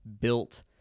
built